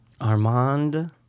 Armand